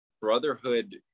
brotherhood